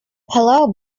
hello